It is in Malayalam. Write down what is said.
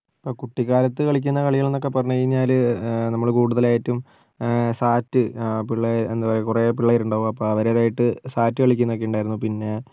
ഇപ്പം കുട്ടിക്കാലത്ത് കളിക്കുന്ന കളികളെന്നൊക്കെ പറഞ്ഞ് കഴിഞ്ഞാൽ നമ്മൾ കൂടുതലായിട്ടും സാറ്റ് പിള്ളേർ എന്താ പറയാ കുറെ പിള്ളേർ ഉണ്ടാകും അപ്പം അവരായിട്ട് സാറ്റ് കളിക്കുന്നതൊക്കെ ഉണ്ടായിരുന്നു പിന്നെ